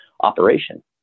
operation